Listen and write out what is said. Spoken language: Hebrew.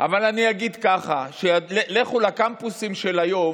אבל אני אגיד ככה: לכו לקמפוסים של היום.